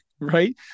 right